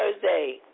Thursday